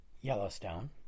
Yellowstone